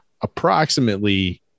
approximately